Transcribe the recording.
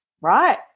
right